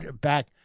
Back